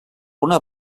una